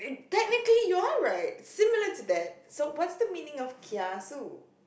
technically you're right similar to that so what's the meaning of kiasu